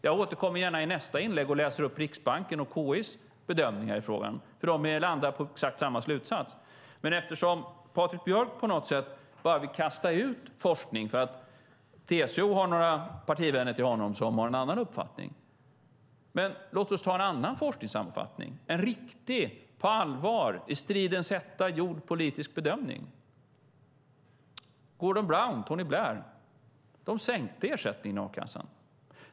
Jag återkommer gärna i nästa inlägg och läser upp Riksbankens och KI:s bedömningar i frågan, för de landar i exakt samma slutsats. Patrik Björck vill på något sätt bara kasta ut forskningsresultat för att några partivänner till honom inom TCO har en annan uppfattning. Låt oss ta en annan forskningssammanfattning, en riktig, som är på allvar, en i stridens hetta gjord politisk bedömning. Gordon Brown och Tony Blair sänkte ersättningen i a-kassan.